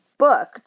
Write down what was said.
book